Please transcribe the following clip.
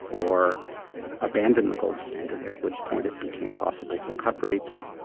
or abandon the gold standard, at which point it became possible to cut rates,